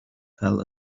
fell